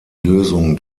lösung